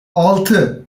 altı